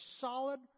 solid